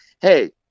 hey